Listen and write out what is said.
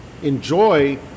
Enjoy